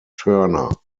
turner